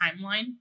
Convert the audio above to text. timeline